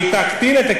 תקטין.